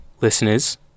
listeners